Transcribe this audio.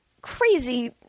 crazy